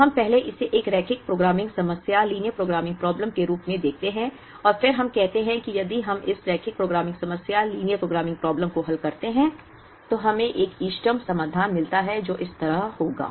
तो हम पहले इसे एक रैखिक प्रोग्रामिंग समस्या लीनियर प्रोग्रामिंग प्रॉब्लम के रूप में देखते हैं और फिर हम कहते हैं कि यदि हम इस रैखिक प्रोग्रामिंग समस्या लीनियर प्रोग्रामिंग प्रॉब्लम को हल करते हैं तो हमें एक इष्टतम समाधान मिलता है जो इस तरह होगा